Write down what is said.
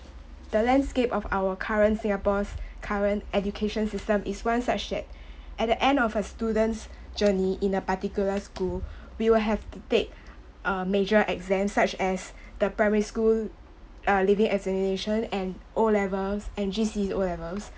the landscape of our current singapore's current education system is one such that at the end of a student's journey in a particular school we will have to take uh major exams such as the primary school uh leaving examination and O levels and G_C_E O levels